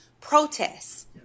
protests